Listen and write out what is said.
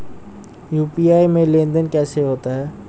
UPI में लेनदेन कैसे होता है?